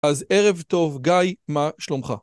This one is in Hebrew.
אז ערב טוב, גיא, מה, שלומך?